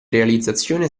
realizzazione